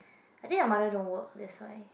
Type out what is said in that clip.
I think her mother don't work that's why